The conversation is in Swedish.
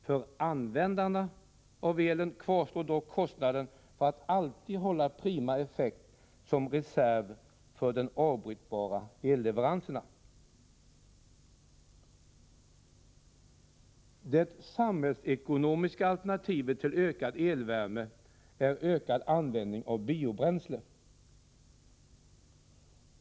För användarna av elen kvarstår dock den kostnad som uppstår genom att man alltid skall hålla prima effekt som reserv för avbrytbara elleveranser. Det samhällsekonomiska alternativet till ökad elvärme är ökad använd ning av biobränsle.